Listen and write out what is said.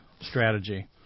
strategy